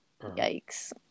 Yikes